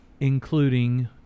Including